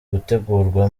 gutegurwa